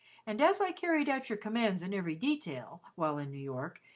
and as i carried out your commands in every detail, while in new york,